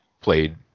played